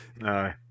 No